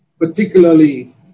particularly